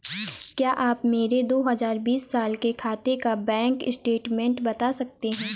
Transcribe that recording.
क्या आप मेरे दो हजार बीस साल के खाते का बैंक स्टेटमेंट बता सकते हैं?